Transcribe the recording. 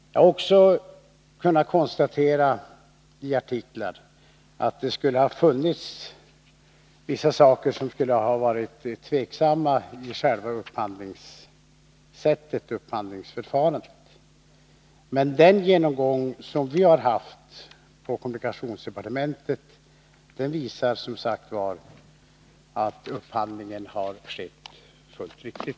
Också jag har kunnat konstatera att man i olika tidningsartiklar har framfört att upphandlingsförfarandet i vissa avseenden har varit diskutabelt, men den genomgång som vi har gjort på kommunikationsdepartementet visar som sagt att upphandlingen har skett formellt riktigt.